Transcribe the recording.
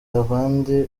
abandi